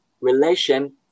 relation